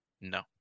no